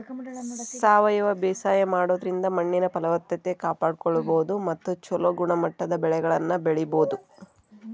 ಸಾವಯವ ಬೇಸಾಯ ಮಾಡೋದ್ರಿಂದ ಮಣ್ಣಿನ ಫಲವತ್ತತೆ ಕಾಪಾಡ್ಕೋಬೋದು ಮತ್ತ ಚೊಲೋ ಗುಣಮಟ್ಟದ ಬೆಳೆಗಳನ್ನ ಬೆಳಿಬೊದು